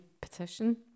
petition